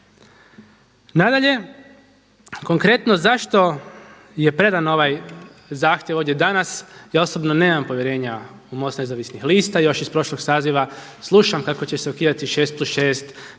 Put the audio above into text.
Nadalje, konkretno zašto je predan ovaj zahtjev ovdje danas? Ja osobno nemam povjerenja u MOST Nezavisnih lista. Još iz prošlog saziva slušam kako će se ukidati 6+6,